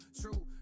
True